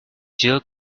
jill